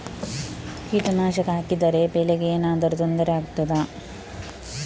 ಕೀಟನಾಶಕ ಹಾಕಿದರೆ ಬೆಳೆಗೆ ಏನಾದರೂ ತೊಂದರೆ ಆಗುತ್ತದಾ?